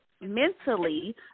mentally